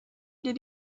did